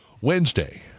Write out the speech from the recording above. Wednesday